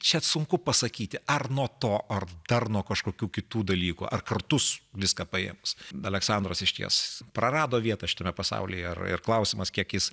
čia sunku pasakyti ar nuo to ar dar nuo kažkokių kitų dalykų ar kartu viską paims aleksandras išties prarado vietą šitame pasaulyje ir klausimas kiek jis